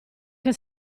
che